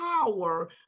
Power